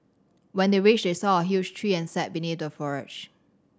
when they reached they saw a huge tree and sat beneath the foliage